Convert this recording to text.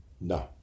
No